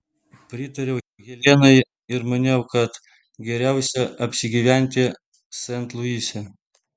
pritariau helenai ir maniau kad geriausia apsigyventi sent luise